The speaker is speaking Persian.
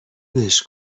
بهش